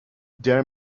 their